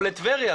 או לטבריה.